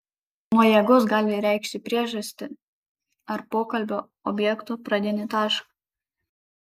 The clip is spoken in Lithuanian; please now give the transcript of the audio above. nuo jėgos gali reikšti priežastį ar pokalbio objekto pradinį tašką